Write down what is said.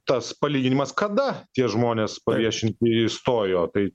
tas palyginimas kada tie žmonės paviešinti įstojo tai